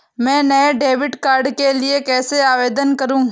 मैं नए debit card के लिए कैसे आवेदन करूं?